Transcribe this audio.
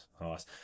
nice